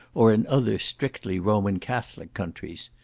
or in other strictly roman catholic countries.